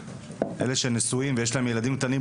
אלה שנשואים ויש להם ילדים קטנים,